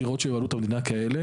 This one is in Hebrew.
דירות בבעלות המדינה כאלה,